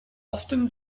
often